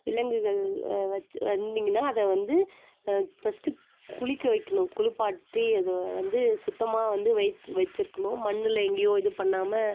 விலங்குகள் வச்சு வந்தீங்கனால் அதை வந்து ஃபஸ்ட்டு குளிக்க வைக்கணும் குளிப்பாட்டி அது வந்து சுத்தமாக வந்து வைத் வச்சிருக்கணும் மண்ணில் எங்கேயும் இது பண்ணாமல்